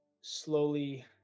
Slowly